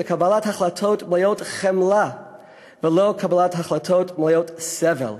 לקבלת החלטות מלאות חמלה ולא קבלת החלטות מלאות סבל,